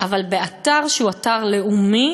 אבל באתר לאומי